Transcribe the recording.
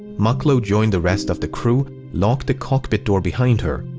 mucklow joined the rest of the crew, locked the cockpit door behind her,